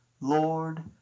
Lord